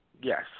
yes